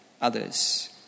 others